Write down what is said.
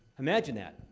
imagine that.